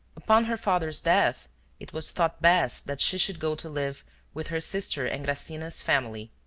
upon her father's death it was thought best that she should go to live with her sister engracigna's family.